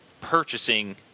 purchasing